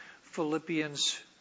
Philippians